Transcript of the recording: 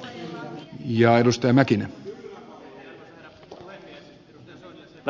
edustaja soinille totean